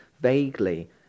vaguely